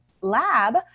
Lab